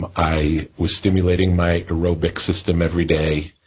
and i was stimulating my aerobic system every day.